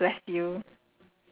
!wah!